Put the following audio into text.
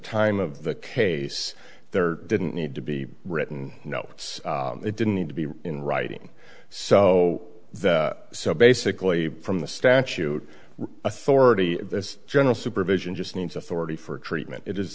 time of the case there didn't need to be written notes it didn't need to be in writing so so basically from the statute authority the general supervision just needs authority for treatment it is